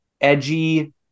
edgy